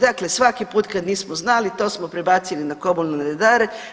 Dakle, svaki put kad nismo znali to smo prebacili na komunalne redare.